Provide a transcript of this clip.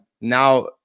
Now